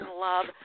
Love